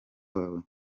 wawe